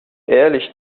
ehrlich